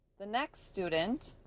the next student